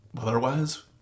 Otherwise